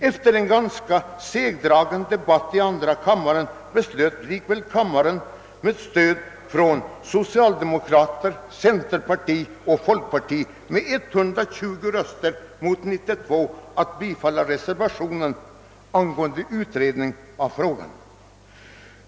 Efter en ganska segdragen debatt i andra kammaren beslöt kammaren med stöd av socialdemokrater, centerpartister och folkpartister med 120 röster mot 92 att bifalla reservationen angående utredning av frågan.